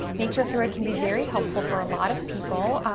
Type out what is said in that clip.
nature-throid can be very helpful for a lot of people.